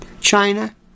China